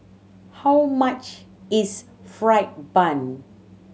how much is fried bun